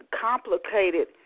complicated